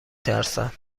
ترسم